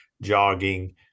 jogging